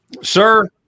Sir